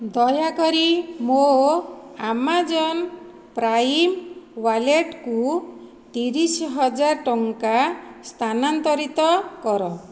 ଦୟାକରି ମୋ Amazon Prime ୱାଲେଟ୍କୁ ତିରିଶ ହଜାର ଟଙ୍କା ସ୍ଥାନାନ୍ତରିତ କର